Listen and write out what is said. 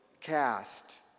cast